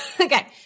Okay